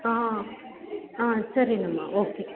ಹಾಂ ಹಾಂ ಸರಿನಮ್ಮ ಓಕೆ